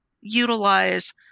utilize